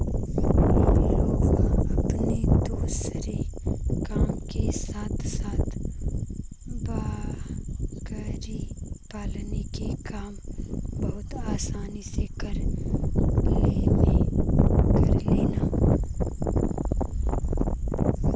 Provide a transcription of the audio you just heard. इ लोग अपने दूसरे काम के साथे साथे बकरी पालन के काम बहुते आसानी से कर लेवलन